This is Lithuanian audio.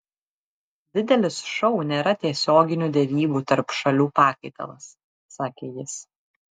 didelis šou nėra tiesioginių derybų tarp šalių pakaitalas sakė jis